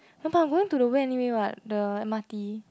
I'm not going to the way anyway what the M_R_T